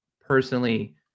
personally